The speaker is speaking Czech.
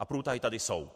A průtahy tady jsou.